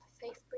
faith